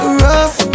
rough